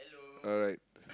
alright